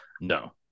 No